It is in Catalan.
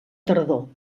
tardor